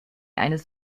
eines